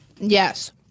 Yes